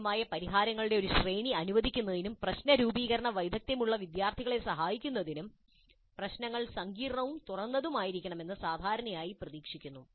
സാധ്യമായ പരിഹാരങ്ങളുടെ ഒരു ശ്രേണി അനുവദിക്കുന്നതിനും പ്രശ്നരൂപീകരണ വൈദഗ്ധ്യമുള്ള വിദ്യാർത്ഥികളെ സഹായിക്കുന്നതിനും പ്രശ്നങ്ങൾ സങ്കീർണ്ണവും തുറന്നതുമായിരിക്കുമെന്ന് സാധാരണയായി പ്രതീക്ഷിക്കുന്നു